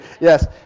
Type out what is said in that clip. Yes